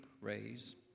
raise